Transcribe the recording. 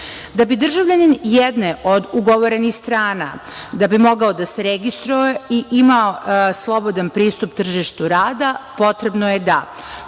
Da bi državljanin jedne od ugovorenih strana mogao da se registruje i ima slobodan pristup tržištu rada, potrebno je da: